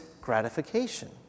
gratification